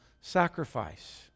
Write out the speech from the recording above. sacrifice